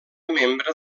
membre